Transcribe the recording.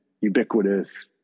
ubiquitous